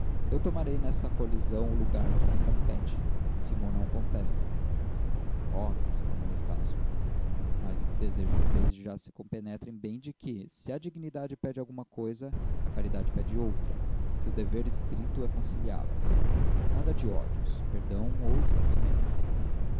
eu tomarei nesta colisão o lugar que me compete se mo não contestam oh exclamou estácio mas desejo que desde já se compenetrem bem de que se a dignidade pede uma coisa a caridade pede outra e que o dever estrito é conciliá las nada de ódios perdão ou esquecimento